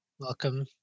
Welcome